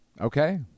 Okay